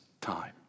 time